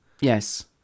Yes